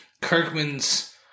Kirkman's